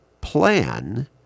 plan